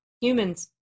humans